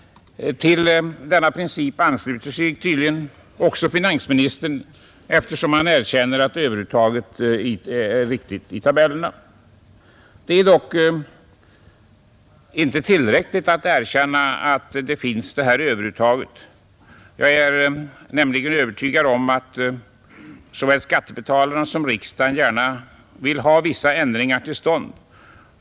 Till denna princip ansluter sig tydligen även finansministern, eftersom han erkänner att överuttaget är riktigt i tabellerna. Det är dock inte tillräckligt att erkänna att detta överuttag finns. Jag är nämligen övertygad om att såväl skattebetalarna som riksdagen gärna vill ha vissa ändringar till stånd.